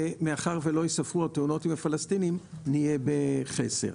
מאחר ולא ייספרו התאונות עם הפלסטינים נהיה בחסר.